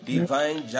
Divine